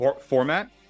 format